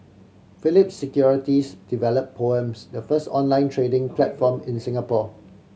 Phillip Securities develop Poems the first online trading platform in Singapore